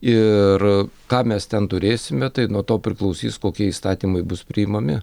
ir ką mes ten turėsime tai nuo to priklausys kokie įstatymai bus priimami